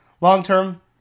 Long-term